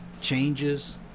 changes